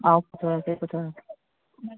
ꯑꯧ ꯄꯨꯊꯣꯔꯛꯀꯦ ꯄꯨꯊꯣꯔꯛꯀꯦ